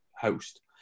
host